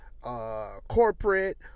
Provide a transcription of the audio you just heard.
corporate